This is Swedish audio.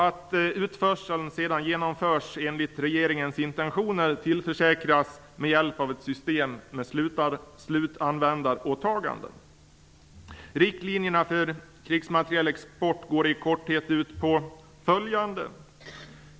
Att utförseln sedan genomförs enligt regeringens intentioner tillförsäkras med hjälp av ett system med slutanvändaråtaganden. Riktlinjerna för krigsmaterielexporten går i korthet ut på följande.